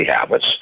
habits